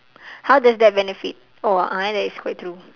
how does that benefit oh a'ah eh that is quite true